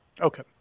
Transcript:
Okay